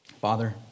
Father